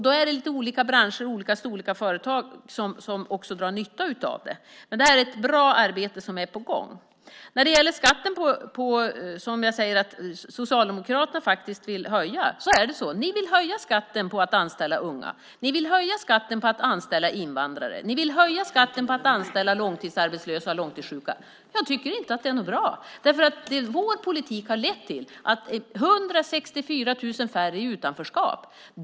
Det är lite olika branscher och företag av lite olika storlekar som drar nytta av det. Men det är ett bra arbete som är på gång. Socialdemokraterna vill höja skatten på att anställa unga. Ni vill höja skatten på att anställa invandrare. Ni vill höja skatten på att anställa långtidsarbetslösa och långtidssjuka. Jag tycker inte att det är bra. Vår politik har lett till att 164 000 färre är i utanförskap.